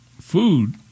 food